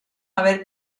haber